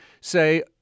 say